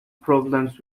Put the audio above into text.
problems